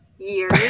Years